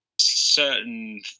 certain